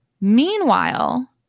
Meanwhile